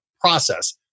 process